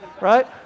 right